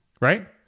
right